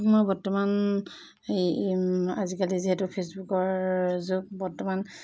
মই বৰ্তমান এই আজিকালি যিহেতু ফেচবুকৰ যুগ বৰ্তমান